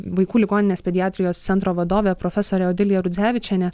vaikų ligoninės pediatrijos centro vadovė profesorė odilija rudzevičienė